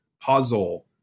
puzzle